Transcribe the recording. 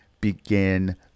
begin